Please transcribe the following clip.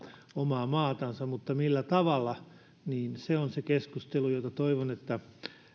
omaa maatansa mutta millä tavalla se on se keskustelu jota toivon että